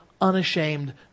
unashamed